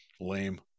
lame